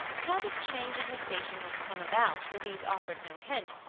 how this change in her station was to come about louise offered no hint,